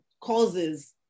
causes